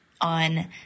on